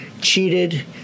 cheated